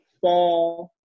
fall